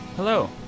Hello